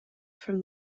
from